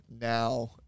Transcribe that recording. now